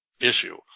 issue